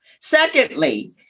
Secondly